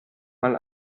mal